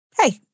hey